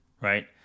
right